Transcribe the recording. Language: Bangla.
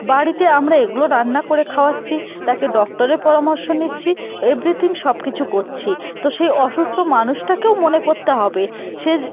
বাড়িতে আমরা এগুলো রান্না করে খাওয়াচ্ছি তাকে ডক্টরের পরামর্শ নিচ্ছি এভ্রিথিং সব কিছু করছি তো সেই অসুস্থ মানুষটাকেও মনে করতে হবে সে যে